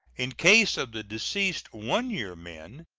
in case of the deceased one-year men,